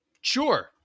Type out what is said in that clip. Sure